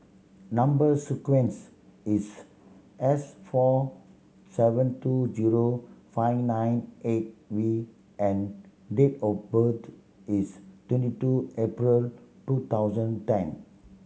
number sequence is S four seven two zero five nine eight V and date of birth is twenty two April two thousand ten